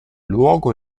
luogo